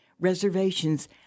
reservations